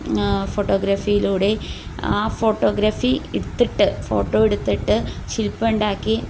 ഫോട്ടോഗ്രാഫിയിലൂടെ ആ ഫോട്ടോഗ്രഫി എടുത്തിട്ട് ഫോട്ടോ എടുത്തിട്ട് ശില്പം ഉണ്ടാക്കി